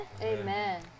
Amen